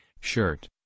shirt